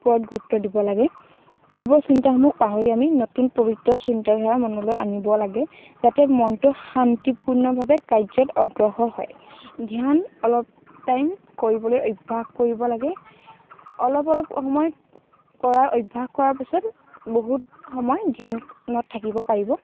ওপৰত গুৰুত্ব দিব লাগে পূৰ্বৰ চিন্তাসমূহ পাহৰি আমি নতুন পৱিত্ৰ চিন্তাধাৰা মনলৈ আনিব লাগে যাতে মনটো শান্তিপূৰ্ণভাৱে কাৰ্য্য়ত অগ্ৰসৰ হয় ধ্যান অলপ টাইম কৰিবলৈ অভ্যাস কৰিব লাগে অলপ অলপ সময় কৰাৰ অভ্যাস কৰাৰ পিছত বহুত সময় ধ্যানত থাকিব পাৰিব